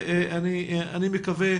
אני מקווה,